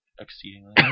exceedingly